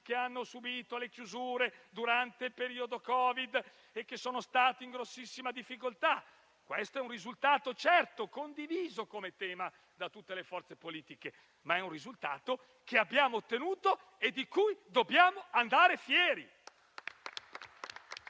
che hanno subito le chiusure durante il periodo Covid e che sono stati in grandissima difficoltà. Questo è un risultato certo e condiviso da tutte le forze politiche. È un risultato che abbiamo ottenuto e di cui dobbiamo andare fieri.